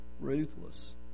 ruthless